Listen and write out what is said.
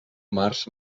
març